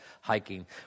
hiking